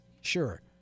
sure